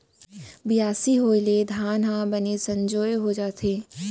बियासी होय ले धान ह बने संजोए हो जाथे